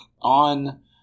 on